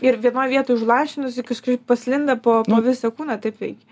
ir vienoj vietoj užlašinus jie paskui pasklinda po visą kūną taip veikia